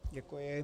Děkuji.